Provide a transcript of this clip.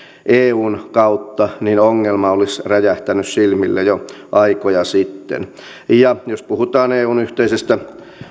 eun kautta niin ongelma olisi räjähtänyt silmille jo aikoja sitten ja jos puhutaan eun yhteisestä